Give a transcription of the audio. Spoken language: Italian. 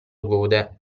gode